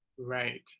right